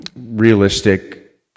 realistic